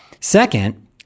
Second